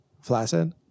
Flaccid